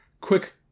quick